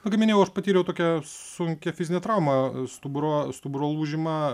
na kaip minėjau aš patyriau tokią sunkią fizinę traumą stuburo stuburo lūžimą